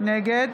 נגד